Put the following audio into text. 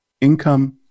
Income